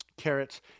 carrots